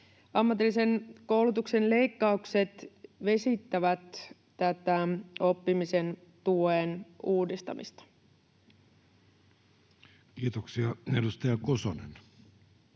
Ammatillisen koulutuksen leikkaukset vesittävät tätä oppimisen tuen uudistamista. [Speech 191] Speaker: